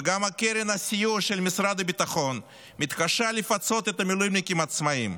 וגם קרן הסיוע של משרד הביטחון מתקשה לפצות את המילואימניקים העצמאים.